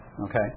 Okay